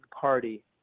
party